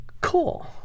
cool